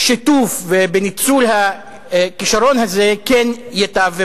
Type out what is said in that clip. בשיתוף ובניצול הכשרון הזה, כן ייטב.